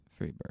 Freebird